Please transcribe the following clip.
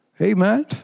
Amen